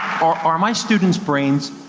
are are my students' brains,